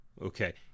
Okay